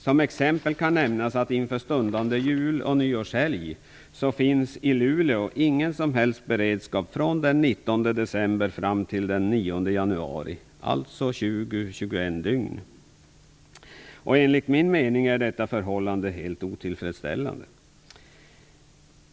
Som exempel kan nämnas att det i Luleå inför stundande jul och nyårshelg inte finns någon som helst beredskap från den 19 dygn. Enligt min mening är detta förhållande helt otillfredsställande.